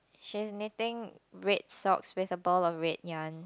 she's knitting red socks with a ball of red yarn